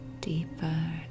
deeper